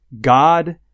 God